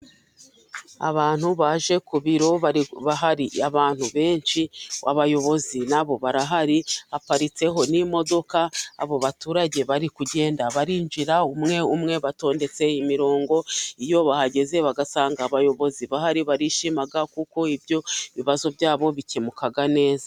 Abantu baje ku biro, hari abantu benshi. Abayobozi na bo barahari, haparitseho n'imodoka. Abo baturage bari kugenda barinjira umwe umwe, batondetse imirongo. Iyo bahageze bagasanga abayobozi bahari barishima kuko ibyo bibazo byabo bikemuka neza.